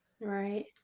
Right